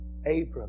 Abram